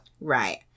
Right